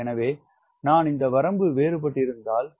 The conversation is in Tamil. எனவே நான்இந்த வரம்பு வேறுபட்டிருந்தால் 0